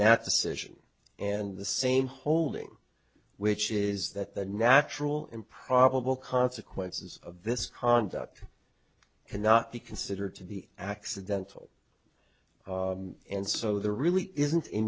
that decision and the same holding which is that the natural improbable consequences of this conduct cannot be considered to be accidental and so there really isn't